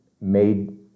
made